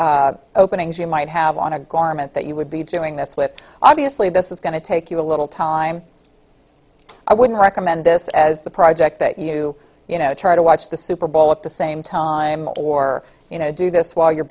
openings you might have on a garment that you would be doing this with obviously this is going to take you a little time i wouldn't recommend this as the project that you try to watch the super bowl at the same time or you know do this while you